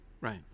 right